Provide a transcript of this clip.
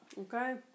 Okay